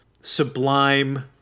sublime